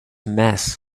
mess